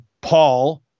Paul